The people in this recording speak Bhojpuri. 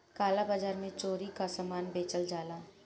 काला बाजार में चोरी कअ सामान बेचल जाला